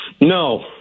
no